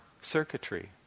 circuitry